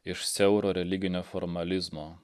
iš siauro religinio formalizmo